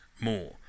more